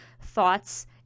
thoughts